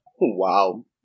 Wow